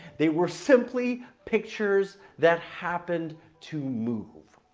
they were simply pictures that happened to move.